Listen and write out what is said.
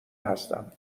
هستم